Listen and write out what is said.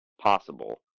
possible